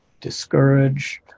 discouraged